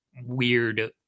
weird